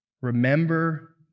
Remember